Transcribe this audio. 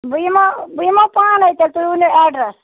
بہٕ یِماہ بہٕ یِمو پانَے تیٚلہِ تُہۍ ؤنِو ایٚڈرَس